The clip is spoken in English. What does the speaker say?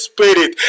Spirit